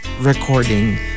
Recording